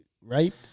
Right